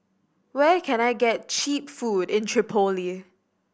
where can I get cheap food in Tripoli